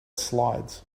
slides